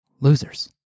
Losers